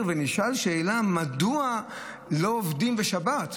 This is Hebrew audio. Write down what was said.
כשהוא נשאל שאלה: מדוע לא עובדים בשבת?